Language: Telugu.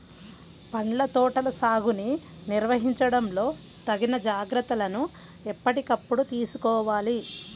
పండ్ల తోటల సాగుని నిర్వహించడంలో తగిన జాగ్రత్తలను ఎప్పటికప్పుడు తీసుకోవాలి